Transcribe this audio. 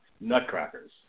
Nutcrackers